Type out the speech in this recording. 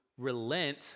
relent